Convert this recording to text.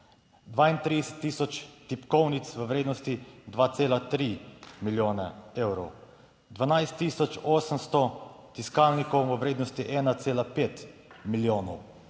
32 tisoč tipkovnic v vrednosti 2,3 milijone evrov, 12 tisoč 800 tiskalnikov v vrednosti 1,5 milijonov.